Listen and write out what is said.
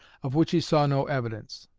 of which he saw no evidence.